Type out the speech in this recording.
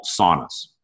saunas